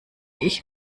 ich